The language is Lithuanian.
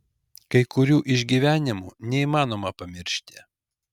kai kurių išgyvenimų neįmanoma pamiršti